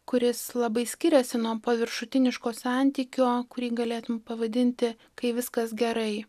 kuris labai skiriasi nuo paviršutiniško santykio kurį galėtum pavadinti kai viskas gerai